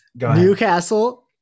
Newcastle